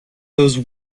those